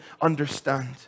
understand